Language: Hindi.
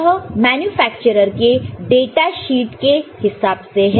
यह मैन्युफैक्चरर के डाटा शीट के हिसाब से है